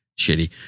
Shitty